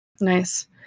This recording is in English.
Nice